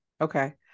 okay